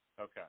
Okay